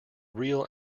real